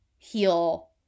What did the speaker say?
heal